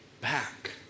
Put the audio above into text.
back